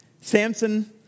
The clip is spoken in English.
Samson